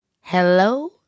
Hello